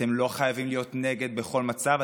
אתם לא חייבים להיות נגד בכל מצב,